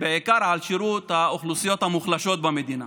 בעיקר על שירות האוכלוסיות המוחלשות במדינה,